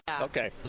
Okay